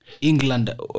England